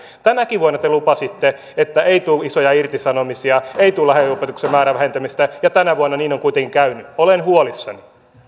tänäkin vuonna te lupasitte että ei tule isoja irtisanomisia ei tule lähiopetuksen määrän vähentämistä ja tänä vuonna niin on kuitenkin käynyt olen huolissani